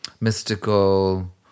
mystical